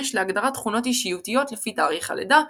להגדרת תכונות אישיותיות לפי תאריך הלידה,